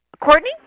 Courtney